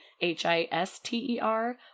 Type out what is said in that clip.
h-i-s-t-e-r